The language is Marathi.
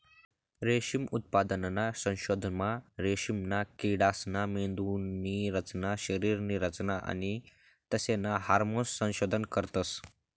रेशीम उत्पादनना संशोधनमा रेशीमना किडासना मेंदुनी रचना, शरीरनी रचना आणि तेसना हार्मोन्सनं संशोधन करतस